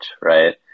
right